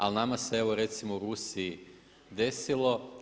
Ali nama se evo recimo u Rusiji desilo.